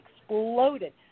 exploded